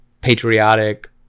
patriotic